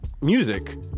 music